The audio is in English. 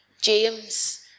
James